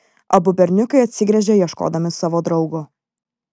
abu berniukai atsigręžė ieškodami savo draugo